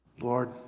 Lord